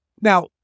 Now